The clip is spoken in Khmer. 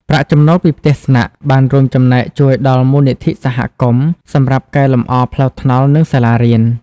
ប្រាក់ចំណូលពីផ្ទះស្នាក់បានរួមចំណែកជួយដល់ មូលនិធិសហគមន៍ សម្រាប់កែលម្អផ្លូវថ្នល់ និងសាលារៀន។